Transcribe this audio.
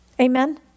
Amen